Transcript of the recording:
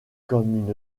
comme